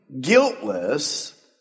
guiltless